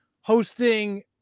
hosting